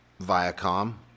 Viacom